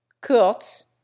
Kurz